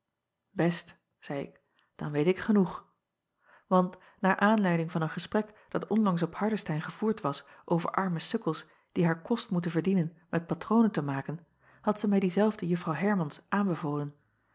est zeî ik dan weet ik genoeg want naar aanleiding van een gesprek dat onlangs op ardestein gevoerd was over arme sukkels die haar kost moeten verdienen met patronen te maken had zij mij diezelfde uffrouw ermans aanbevolen